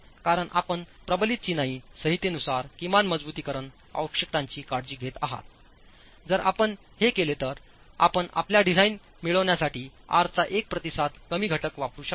कारण आपण प्रबलित चिनाई संहितेनुसार किमान मजबुतीकरण आवश्यकतांची काळजी घेत आहातजरआपण हे केले तर आपण आपल्या डिझाइन मिळविण्यासाठी आर चा एक प्रतिसाद कमी घटक वापरू शकता